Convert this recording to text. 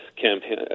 campaign